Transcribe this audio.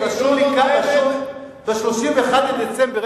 רשום לי כאן שב-31 בדצמבר,